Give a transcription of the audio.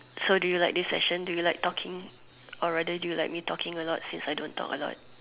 so do you like this session do you like talking or rather do you like me talking a lot since I don't talk a lot